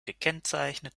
gekennzeichnet